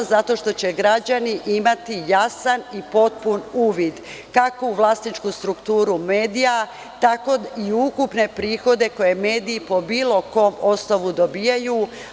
Zato što će građani imati jasan i potpun uvid kako u vlasničku strukturu medija, tako i u ukupne prihode koje mediji po bilo kom osnovu dobijaju.